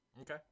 Okay